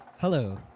Hello